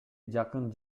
жакын